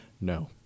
No